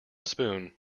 spoon